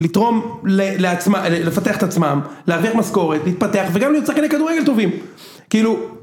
לתרום, ל- לעצמה לפתח את עצמם, להעביר משכורת, להתפתח וגם להוציא עוד שלקני כדורגל טובים, כאילו